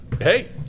Hey